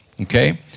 okay